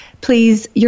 please